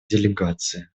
делегации